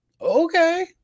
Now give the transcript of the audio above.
Okay